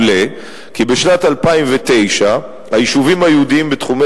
עולה כי בשנת 2009 היישובים היהודיים בתחומי